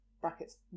brackets